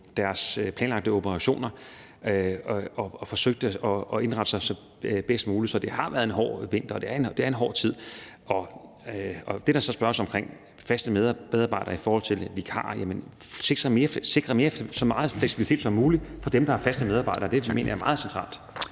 deres planlagte operationer og forsøgte at indrette sig bedst muligt. Så det har været en hård vinter, og det er en hård tid. Med hensyn til det, der så spørges til, altså faste medarbejdere i forhold til vikarer, så handler det om at sikre så meget fleksibilitet som muligt for dem, der er faste medarbejdere. Det mener jeg er meget centralt.